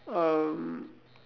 um